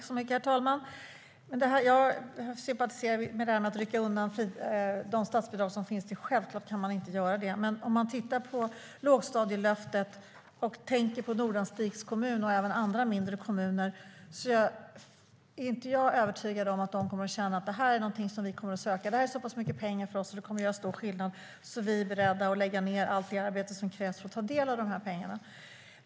Herr talman! Självklart kan man inte rycka undan de statsbidrag som finns. Men när det gäller lågstadielöftet är jag inte övertygad om att Nordanstigs kommun eller andra mindre kommuner kommer att känna att det här är något som de kommer att söka, att det är så pass mycket pengar för dem som kommer att göra sådan skillnad att de är beredda att lägga ned allt det arbete som krävs för att ta del av pengarna.